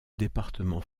département